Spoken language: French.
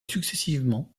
successivement